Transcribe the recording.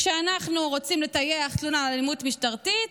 כשאנחנו רוצים לטייח תלונה על אלימות משטרתית,